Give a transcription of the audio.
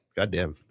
Goddamn